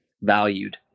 valued